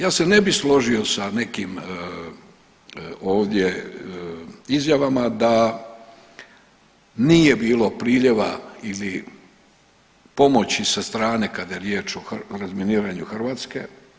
Ja se ne bi složio sa nekim ovdje izjavama da nije bilo priljeva ili pomoći sa strane kada je riječ o razminiranju Hrvatske.